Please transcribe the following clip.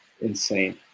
insane